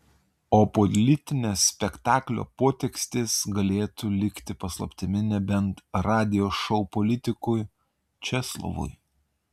o politinės spektaklio potekstės galėtų likti paslaptimi nebent radijo šou politikui česlovui